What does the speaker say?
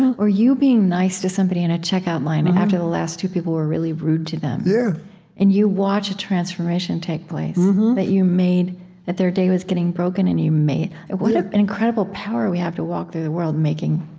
or you being nice to somebody in a checkout line, after the last two people were really rude to them. yeah and you watch a transformation take place that you made that their day was getting broken, and you made. what ah an incredible power we have, to walk through the world, making